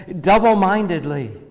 double-mindedly